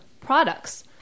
products